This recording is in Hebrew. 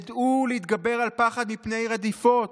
ידעו להתגבר על פחד מפני רדיפות,